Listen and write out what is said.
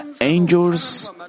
angels